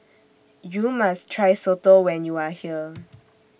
YOU must Try Soto when YOU Are here